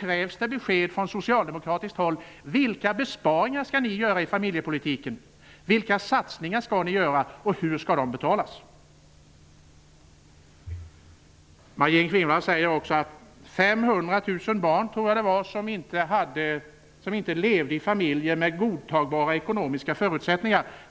krävs det besked från socialdemokratiskt håll om vilka besparingar ni skall göra i familjepolitiken. Vilka satsningar skall ni göra, och hur skall de betalas? Maj-Inger Klingvall talade också om 500 000 barn, tror jag det var, som inte lever i familjer med godtagbara ekonomiska förutsättningar.